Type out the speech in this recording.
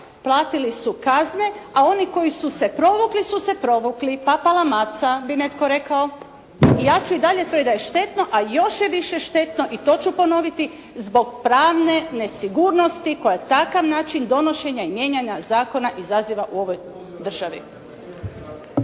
platili su kazne, a oni koji su se provukli, su se provukli, „papala maca“ bi netko rekao. I ja ću i dalje tvrditi da je štetno, ali još je više štetno i to ću ponoviti, zbog pravne nesigurnosti koja takav način donošenja i mijenjanja zakona izaziva u ovoj državi.